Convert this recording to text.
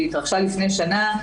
היא התרחשה לפני שנה,